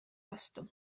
vastu